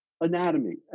anatomy